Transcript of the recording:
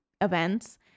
events